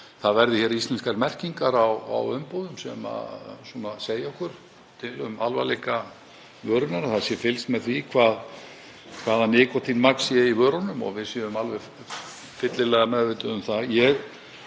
það verði hér íslenskar merkingar á umbúðum sem segi okkur til um alvarleika vörunnar, fylgst sé með því hvaða nikótínmagn sé í vörunum og við séum alveg fyllilega meðvituð um það.